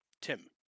Tim